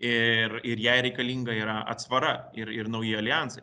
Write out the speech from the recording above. ir ir jai reikalinga yra atsvara ir ir nauji aljansai